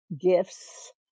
gifts